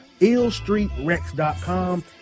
illstreetrex.com